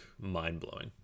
mind-blowing